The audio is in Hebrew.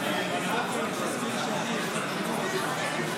הוא הצביע בעד,